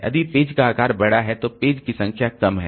यदि पेज का आकार बड़ा है तो पेज की संख्या कम है